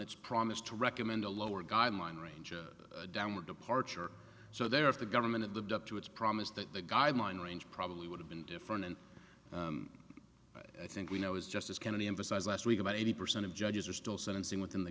its promise to recommend a lower guideline range a downward departure so there of the government of the up to its promise that the guideline range probably would have been different and i think we know is justice kennedy emphasized last week about eighty percent of judges are still sentencing within the